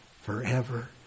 forever